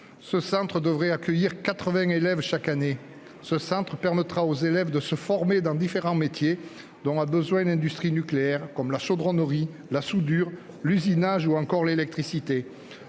Ce centre devrait accueillir quatre-vingts élèves chaque année. Il leur permettra de se former aux différents métiers dont a besoin l'industrie nucléaire, comme la chaudronnerie, la soudure, l'usinage ou encore l'électricité.